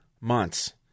months